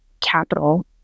capital